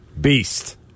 Beast